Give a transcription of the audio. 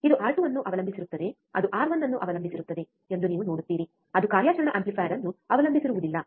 ಇದು ಆರ್2 ಅನ್ನು ಅವಲಂಬಿಸಿರುತ್ತದೆ ಅದು ಆರ್1 ಅನ್ನು ಅವಲಂಬಿಸಿರುತ್ತದೆ ಎಂದು ನೀವು ನೋಡುತ್ತೀರಿ ಅದು ಕಾರ್ಯಾಚರಣಾ ಆಂಪ್ಲಿಫೈಯರ್ ಅನ್ನು ಅವಲಂಬಿಸಿರುವುದಿಲ್ಲ